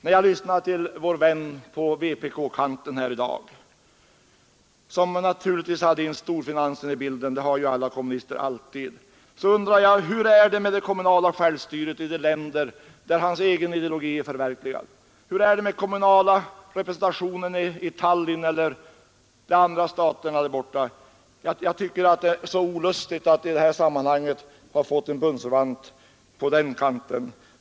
När jag lyssnade till vår vän på vpk-kanten, herr Claeson, som naturligtvis hade storfinansen med i bilden — det har ju kommunisterna alltid — så undrade jag hur det är med det kommunala självstyret i de länder där hans egen ideologi är förverkligad. Hur är det med den kommunala representationen i Estland eller i de andra staterna där borta? Jag vill ärligt säga ut att jag finner det olustigt att i detta sammanhang ha fått en bundsförvant på vänsterkanten.